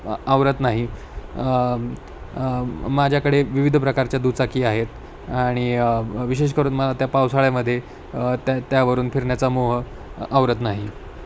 आवरत नाही माझ्याकडे विविध प्रकारच्या दुचाकी आहेत आणि विशेष करून मला त्या पावसाळ्यामध्ये त्या त्यावरून फिरण्याचा मोह आवरत नाही